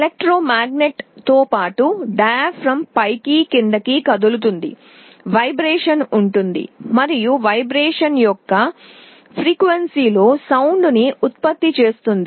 విద్యుదయస్కాంతంతో పాటు డయాఫ్రమ్ పైకి క్రిందికి కదులుతుంది కంపనం ఉంటుంది మరియు కంపనం యొక్క పౌన పున్యం లో ధ్వనిని ఉత్పత్తి చేస్తుంది